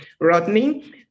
Rodney